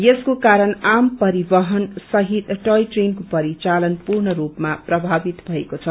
यसको कारण आम परिवहन सहित टोय ट्रेनको परिचालन पूर्णसपमा प्रभावित भएको छ